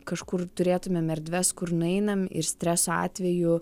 kažkur turėtumėm erdves kur nueinam ir streso atveju